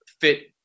fit